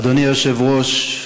אדוני היושב-ראש,